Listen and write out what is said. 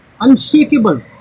unshakable